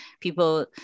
People